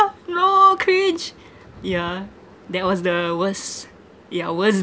no cringe yeah that was the worst yeah worst